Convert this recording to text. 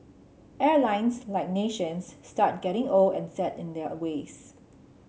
airlines like nations start getting old and set in their ways